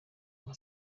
nka